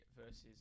versus